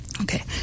Okay